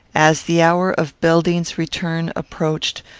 as the hour of belding's return approached,